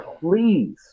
please